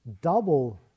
double